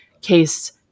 case